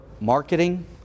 marketing